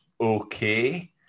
okay